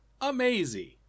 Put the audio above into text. amazing